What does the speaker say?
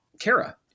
Kara